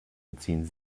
beziehen